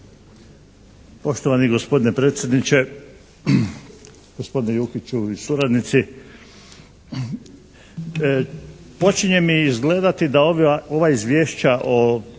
Poštovani gospodine predsjedniče, gospodine Jukiću i suradnici, počinje mi izgledati da ova izvješća o statistici